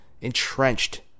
entrenched